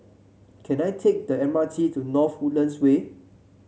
can I take the M R T to North Woodlands Way